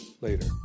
later